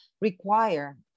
require